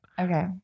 Okay